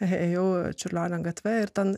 ėjau čiurlionio gatve ir ten